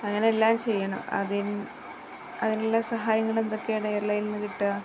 അങ്ങനെയെല്ലാം ചെയ്യണം അതിനുള്ള സഹായങ്ങളെന്തൊക്കെയാണ് എയർലൈനില്നിന്നു കിട്ടുക